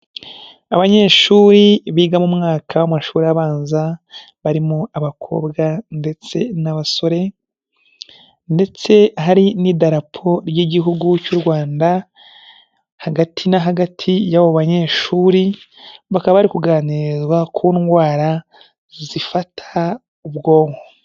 Abanyeshuri biga mu mwaka w'amashuri abanza, barimo abakobwa ndetse n'abasore ndetse hari n'idarapo ry'igihugu cy'u Rwanda, hagati na hagati y'abo banyeshuri, bakaba bari kuganizwa ku ndwara zifata ubwonko.